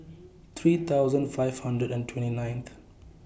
three thousand five hundred and twenty ninth